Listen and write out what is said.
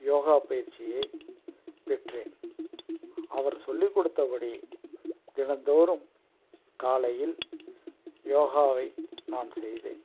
யோகா பயிற்சியை பெற்றேன் அவர் சொல்லிக்கொடுத்தபடி தினந்தோறும் காலையில் யோகாவை நான் செய்தேன்